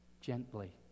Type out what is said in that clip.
gently